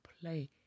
play